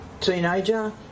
teenager